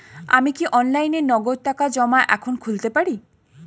আমি কি অনলাইনে নগদ টাকা জমা এখন খুলতে পারি?